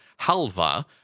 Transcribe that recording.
halva